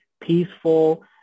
peaceful